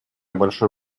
большое